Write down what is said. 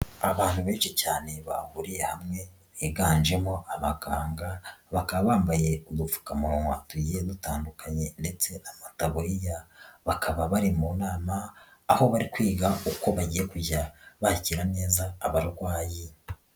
Abantu benshi cyane bahuriye hamwe higanjemo abaganga, bakaba bambaye udupfukamunwa turiye dutandukanye ndetse abariya, bakaba bari mu nama aho bari kwiga uko bagiye kujya bakira neza abarwayi.